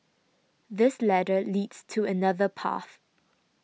this ladder leads to another path